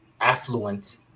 affluent